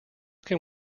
can